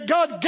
God